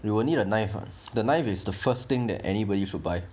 you will need a knife [what] the knife is the first thing that anybody should buy